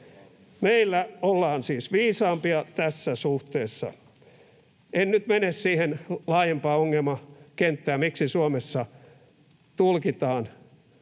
Meillä ollaan siis viisaampia tässä suhteessa. En nyt mene siihen laajempaan ongelmakenttään, miksi Suomessa tulkitaan